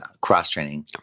cross-training